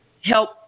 help